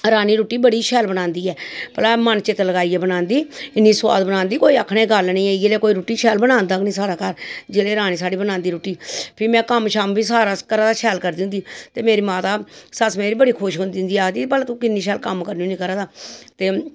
की रानी रुट्टी बड़ी शैल बनांदी ऐ ते ध्यान मन चित्त लाइयै बनांदी इन्नी सोआद बनांदी कि कोई आक्खनै दी गल्ल निं ऐ जेल्लै कोई रुट्टी शैल बनांदा साढ़े घर ते रानी बनांदी सारी रुट्टी फिर में कम्म बी सारा घरा दा करदी होंदी ते मेरी माता ते सस्स मेरी बड़ी खुश होंदी ही ते आक्खदी भला तू किन्नी शैल कम्म करनी होनी घरा दा ते